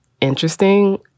interesting